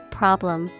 problem